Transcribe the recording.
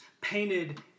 painted